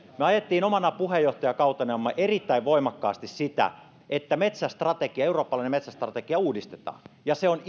me ajoimme omana puheenjohtajakautenamme erittäin voimakkaasti sitä että metsästrategia eurooppalainen metsästrategia uudistetaan ja se on